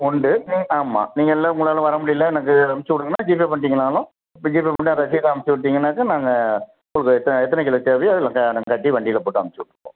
உண்டு ஆமாம் நீங்கள் இல்லை உங்களால் வர முடியல எனக்கு அமைச்சு விடுங்கன்னா ஜிபே பண்ணிட்டீங்கன்னாலும் இப்போ ஜிபே பண்ணிட்டா ரசீது அமைச்சு விட்டீங்கன்னாக்கா நாங்கள் உங்களுக்கு த எத்தனை கிலோ தேவையோ அதில் க நாங்கள் கட்டி வண்டியில போட்டு அமைச்சு விட்டுப்போம்